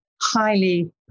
highly